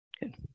Good